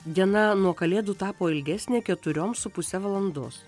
diena nuo kalėdų tapo ilgesnė keturiom su puse valandos